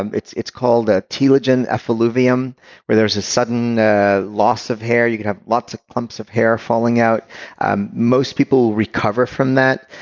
um it's it's called ah telogen effluvium where's there's a sudden loss of hair. you could have lots of clumps of hair falling out and most people recover from that.